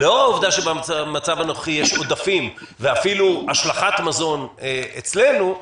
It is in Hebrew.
יש עודפים ואפילו השלכת מזון אצלנו,